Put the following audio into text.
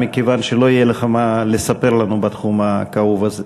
מכיוון שלא יהיה לך מה לספר לנו בתחום הכאוב הזה.